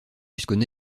jusqu’au